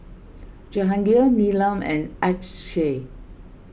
Jahangir Neelam and Akshay